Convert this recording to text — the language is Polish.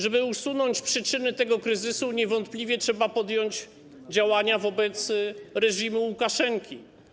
Żeby usunąć przyczyny tego kryzysu, niewątpliwie trzeba podjąć działania wobec reżimu Łukaszenki.